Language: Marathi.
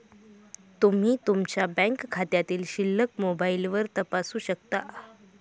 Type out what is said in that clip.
तुम्ही तुमच्या बँक खात्यातील शिल्लक मोबाईलवर तपासू शकता